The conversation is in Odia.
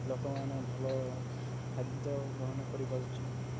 ଲୋକମାନେ ଭଲ ଖାଦ୍ୟ ଗ୍ରହଣ କରିପାରୁଛି